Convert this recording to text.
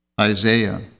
Isaiah